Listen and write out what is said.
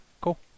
Cool